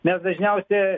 mes dažniausiai